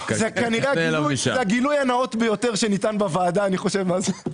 זה כנראה הגילוי הנאות ביותר שניתן בוועדה אי פעם.